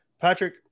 patrick